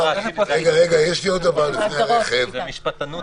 זה משפטנות